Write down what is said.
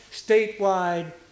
statewide